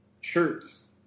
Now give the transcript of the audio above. shirts